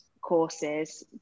courses